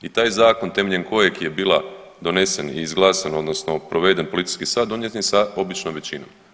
I taj zakon temeljem kojeg je bila donesen i izglasan, odnosno proveden policijski sat donijet je sa običnom većinom.